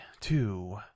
two